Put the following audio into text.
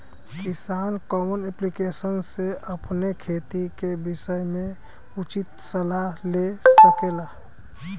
किसान कवन ऐप्लिकेशन से अपने खेती के विषय मे उचित सलाह ले सकेला?